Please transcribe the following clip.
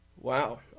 Wow